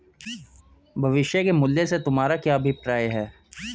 भविष्य के मूल्य से तुम्हारा क्या अभिप्राय है?